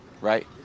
right